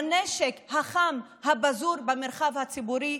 בגלל הנשק החם הפזור במרחב הציבורי,